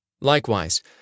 Likewise